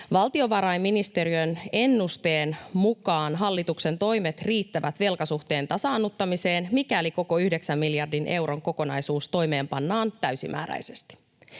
Valtiovarainministeriön ennusteen mukaan hallituksen toimet riittävät velkasuhteen tasaannuttamiseen, mikäli koko yhdeksän miljardin euron kokonaisuus toimeenpannaan täysimääräisesti.